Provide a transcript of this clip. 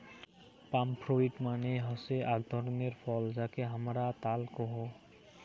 পাম fruit মানে হসে আক ধরণের ফল যাকে হামরা তাল কোহু